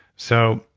so,